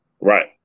Right